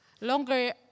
longer